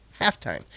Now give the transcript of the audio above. halftime